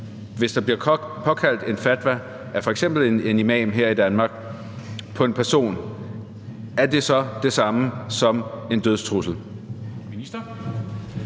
Hvis der bliver udstedt en fatwa af f.eks. en imam her i Danmark til en person, er det så det samme som en dødstrussel?